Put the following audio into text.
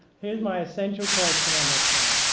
here's my essential question on this one.